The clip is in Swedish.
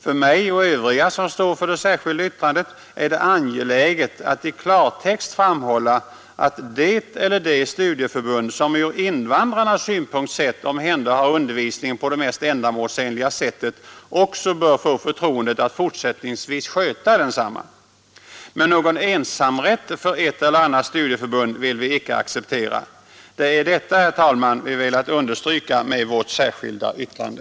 För mig och övriga, som står för det särskilda yttrandet, är det angeläget att i klartext framhålla att det eller de studieförbund som från invandrarnas synpunkt omhänderhar undervisningen på det mest ändamålsenliga sättet också bör få förtroendet att fortsättningsvis sköta densamma. Någon ensamrätt för ett eller annat studieförbund vill vi icke acceptera. Det är detta, herr talman, vi velat understryka med vårt särskilda yttrande.